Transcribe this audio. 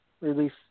release